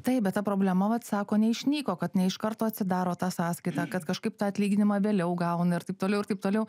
taip bet ta problema vat sako neišnyko kad ne iš karto atsidaro tą sąskaitą kad kažkaip tą atlyginimą vėliau gauna ir taip toliau ir taip toliau